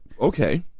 Okay